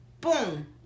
boom